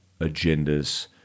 agendas